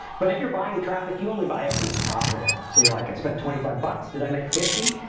but if you're buying traffic, you only buy it when it's profitable, so you're like, i spent twenty five bucks, did i make fifty?